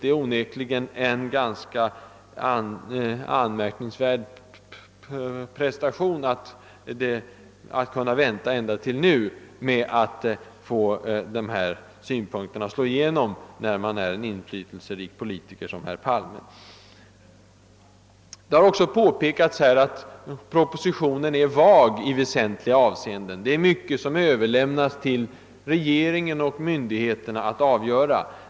Det är onekligen en anmärkningsvärd prestation att inte förrän nu: få dessa synpunkter att slå igenom, trots att man som herr Palme länge va-. rit en inflytelserik politiker. Det har också påpekats att propositionen är vag i väsentliga avseenden. Det är mycket som överlämnas till regeringen och myndigheterna att avgöra, .